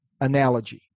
analogy